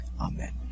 Amen